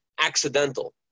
accidental